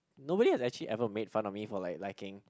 nobody has actually ever made fun of me for like liking